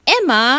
Emma